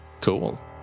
Cool